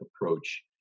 approach